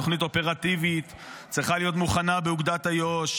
תוכנית אופרטיבית צריכה להיות מוכנה באוגדת איו"ש.